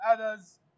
others